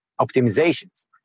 optimizations